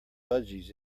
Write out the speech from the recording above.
budgies